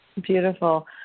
Beautiful